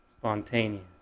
Spontaneous